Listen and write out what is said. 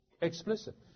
Explicit